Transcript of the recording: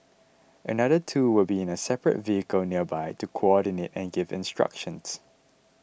another two will be in a separate vehicle nearby to coordinate and give instructions